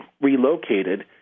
relocated